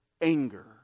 anger